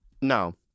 no